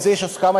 על זה יש הסכמה,